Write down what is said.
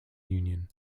union